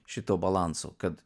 šito balanso kad